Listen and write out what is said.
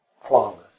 Flawless